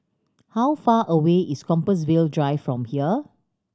how far away is Compassvale Drive from here